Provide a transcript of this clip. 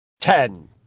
Ten